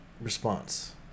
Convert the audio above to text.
response